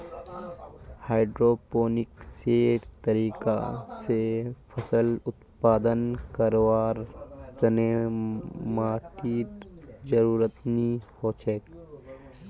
हाइड्रोपोनिक्सेर तरीका स फसल उत्पादन करवार तने माटीर जरुरत नी हछेक